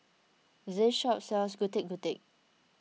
this shop sells Getuk Getuk